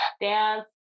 dance